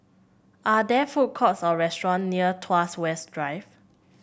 are there food courts or restaurant near Tuas West Drive